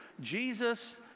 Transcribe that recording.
Jesus